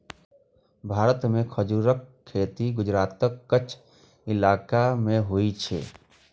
भारत मे खजूरक खेती गुजरातक कच्छ इलाका मे होइ छै